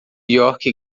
york